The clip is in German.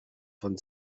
von